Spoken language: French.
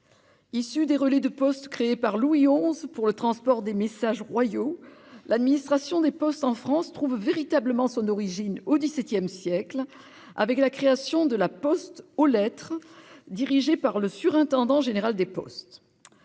Issue des relais de poste créés par Louis XI pour le transport des messages royaux, l'administration des postes en France trouve véritablement son origine au XVII siècle, avec la création de la poste aux lettres, dirigée par le surintendant général des postes.